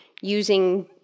using